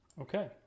Okay